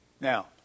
Now